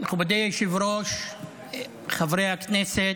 מכובדי היושב-ראש, חברי הכנסת,